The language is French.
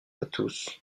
tous